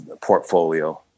portfolio